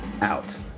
Out